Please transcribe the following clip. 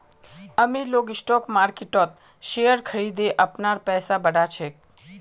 अमीर लोग स्टॉक मार्किटत शेयर खरिदे अपनार पैसा बढ़ा छेक